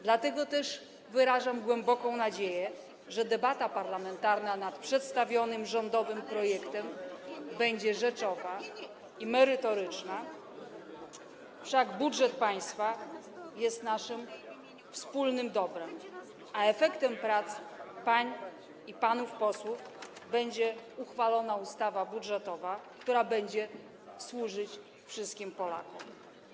Dlatego też wyrażam głęboką nadzieję, że debata parlamentarna nad przedstawionym rządowym projektem będzie rzeczowa i merytoryczna, wszak budżet państwa jest naszym wspólnym dobrem, a efektem prac pań i panów posłów będzie uchwalona ustawa budżetowa, która będzie służyć wszystkim Polakom.